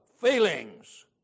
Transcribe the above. feelings